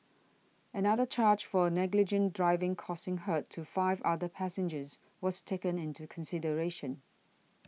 another charge for negligent driving causing hurt to five other passengers was taken into consideration